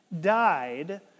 died